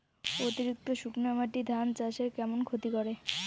অতিরিক্ত শুকনা মাটি ধান চাষের কেমন ক্ষতি করে?